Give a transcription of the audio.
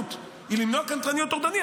החסינות היא למנוע קנטרני או טורדני,